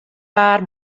waard